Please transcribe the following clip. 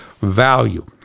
value